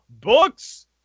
books